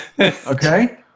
Okay